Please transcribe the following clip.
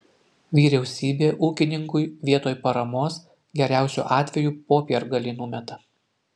vyriausybė ūkininkui vietoj paramos geriausiu atveju popiergalį numeta